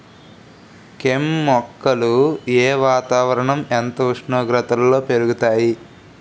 కెమ్ మొక్కలు ఏ వాతావరణం ఎంత ఉష్ణోగ్రతలో పెరుగుతాయి?